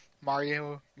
mario